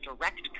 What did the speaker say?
direct